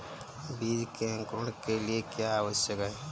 बीज के अंकुरण के लिए क्या आवश्यक है?